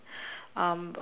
um